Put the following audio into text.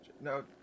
No